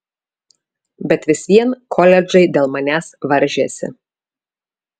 bet vis vien koledžai dėl manęs varžėsi